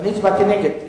הצבעתי נגד.